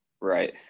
Right